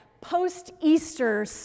post-Easter